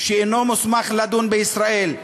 שאינו מוסמך לדון בישראל,